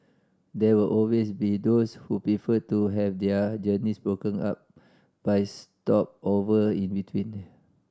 there will always be those who prefer to have their journeys broken up by stopover in between